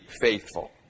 faithful